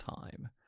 time